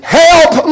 help